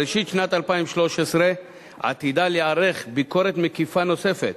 בראשית 2013 עתידה להיערך ביקורת מקיפה נוספת,